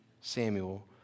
Samuel